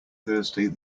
thursday